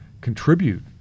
contribute